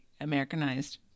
Americanized